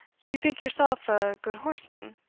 you think yourself a good horseman?